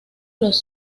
los